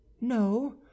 No